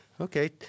okay